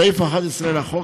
סעיף 11 לחוק,